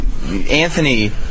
Anthony